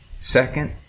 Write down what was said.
second